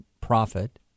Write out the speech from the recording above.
profit